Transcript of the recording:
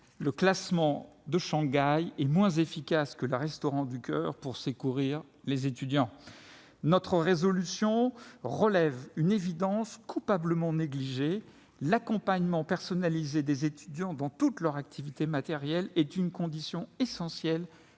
Le classement de Shanghai est moins efficace que les Restos du Coeur pour secourir les étudiants ! Notre proposition de résolution relève une évidence coupablement négligée : l'accompagnement personnalisé des étudiants dans toutes leurs activités matérielles est une condition essentielle